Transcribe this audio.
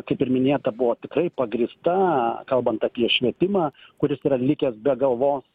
kaip ir minėta buvo tikrai pagrįsta kalbant apie švietimą kuris yra likęs be galvos